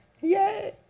Yay